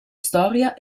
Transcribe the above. storia